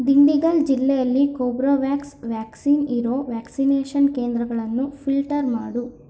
ದಿಂಡಿಗಲ್ಲು ಜಿಲ್ಲೆಯಲ್ಲಿ Corbevax vaccine ಇರೋ vaccination ಕೇಂದ್ರಗಳನ್ನು ಫಿಲ್ಟರ್ ಮಾಡು